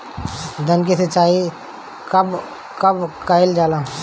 धान के सिचाई कब कब कएल जाला?